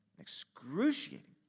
excruciating